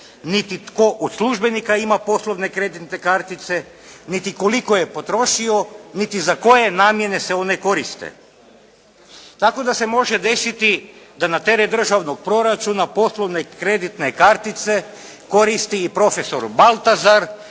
niti tko od službenika ima poslovne kreditne kartice, niti koliko je potrošio, niti za koje namjene se one koriste. Tako da se može desiti da na teret državnog proračuna poslovne kreditne kartice koristi i profesor Baltazar,